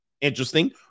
Interesting